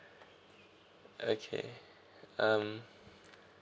okay um